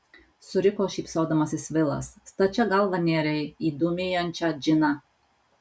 suriko šypsodamasis vilas stačia galva nėrei į dūmijančią džiną